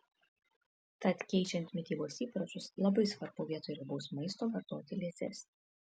tad keičiant mitybos įpročius labai svarbu vietoj riebaus maisto vartoti liesesnį